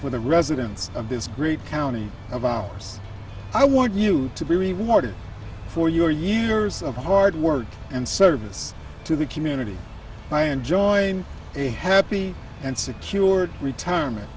with the residents of this great county of ours i want you to be rewarded for your years of hard work and service to the community might enjoy a happy and secure retirement